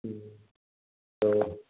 तो